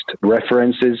References